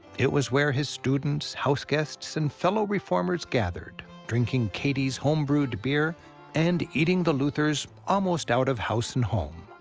it was where his students, houseguests, and fellow reformers gathered, drinking katie's homebrewed beer and eating the luthers almost out of house and home.